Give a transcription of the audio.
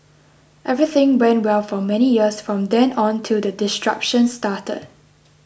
everything went well for many years from then on till the disruptions started